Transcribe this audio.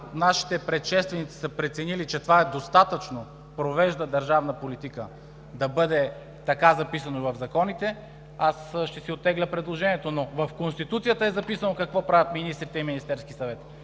нашите предшественици са преценили, че това е достатъчно – „провежда държавна политика“, да бъде така записано в законите, аз ще си оттегля предложението, но в Конституцията е записано какво правят министрите и Министерският съвет.